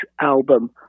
album